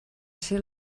ser